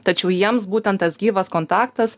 tačiau jiems būtent tas gyvas kontaktas